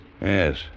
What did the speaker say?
Yes